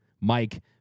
Mike